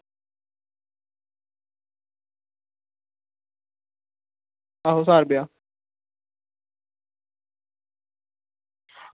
आहो घर ब्याह्